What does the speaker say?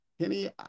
Kenny